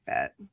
fit